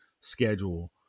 schedule